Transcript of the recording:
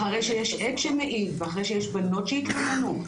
אחרי שיש עד שמעיד ואחרי שיש בנות שהתלוננו,